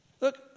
Look